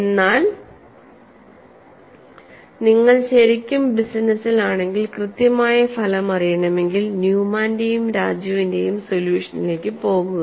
എന്നാൽ നിങ്ങൾ ശരിക്കും ബിസിനസ്സിലാണെങ്കിൽ കൃത്യമായ ഫലം അറിയണമെങ്കിൽ ന്യൂമാന്റെയും രാജുവിന്റെയും സൊല്യൂഷനിലേക്ക് പോകുക